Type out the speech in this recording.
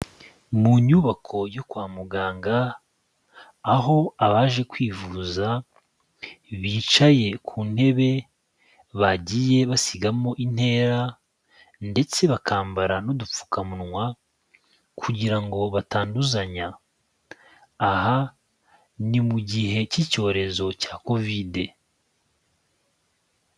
Mu nyubako yo kwa muganga, aho abaje kwivuza bicaye ku ntebe, bagiye basigamo intera ndetse bakambara n'udupfukamunwa kugira ngo batanduzanya. Aha ni mu gihe cy'icyorezo cya kovide.